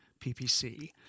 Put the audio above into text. PPC